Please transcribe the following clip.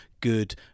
good